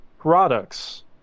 products